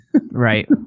Right